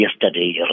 yesterday